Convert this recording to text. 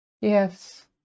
yes